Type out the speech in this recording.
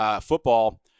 football